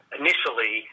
initially